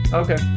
okay